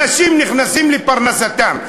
אנשים נכנסים לפרנסתם.